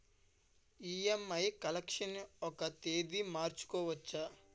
EMI collection ఒక తేదీ మార్చుకోవచ్చా?